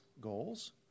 goals